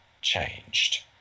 changed